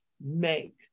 make